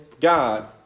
God